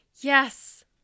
Yes